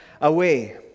away